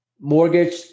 mortgage